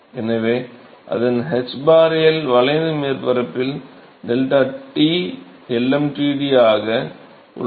எனவே அதன் ħL வளைந்த மேற்பரப்பில் ΔT lmtd ஆக உள்ளது